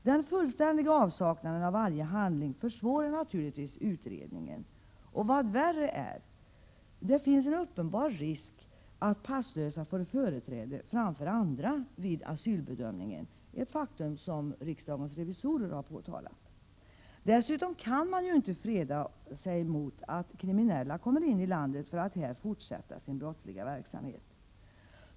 Den fullständiga avsaknaden av varje handling försvårar naturligtvis utredningen och vad värre är: det finns en uppenbar risk att passlösa får företräde framför andra vid asylbedömningen, ett faktum som riksdagens revisorer har påtalat. Dessutom kan man inte freda sig mot att kriminella kommer in i landet för att här fortsätta sin brottsliga verksamhet.